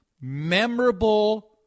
memorable